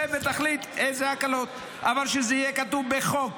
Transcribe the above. שב ותחליט איזה הקלות, אבל שזה יהיה כתוב בחוק,